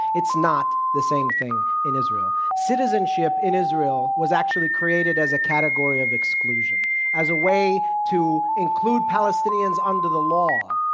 it's not the same thing in israel. citizenship in israel was actually created as a category of exclusion, as a way to include palestinians under the law,